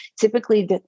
typically